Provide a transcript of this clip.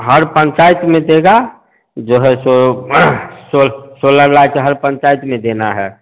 हर पंचायत में देगा जो है सो सोलर लाइट हर पंचायत में देना है